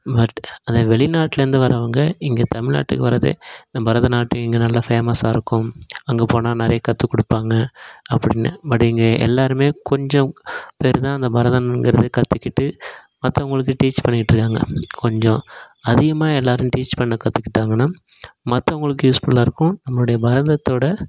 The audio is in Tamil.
பட் அந்த வெளிநாட்லேயிருந்து வர்றவங்க இங்கே தமிழ்நாட்டுக்கு வர்றதே இந்த பரதநாட்டியம் இங்கே நல்லா ஃபேமஸாக இருக்கும் அங்கே போனால் நிறைய கற்றுக் கொடுப்பாங்க அப்படின்னு பட் இங்கே எல்லாருமே கொஞ்சம் பேர் தான் அந்த பரதம்ங்கிறது கற்றுக்கிட்டு மத்தவங்களுக்கு டீச் பண்ணிட்டு இருக்காங்க கொஞ்சம் அதிகமாக எல்லாரும் டீச் பண்ண கற்றுக்கிட்டாங்கன்னா மத்தவங்களுக்கு யூஸ்ஃபுல்லாக இருக்கும் நம்மளோடைய பரதத்தோட